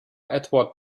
edward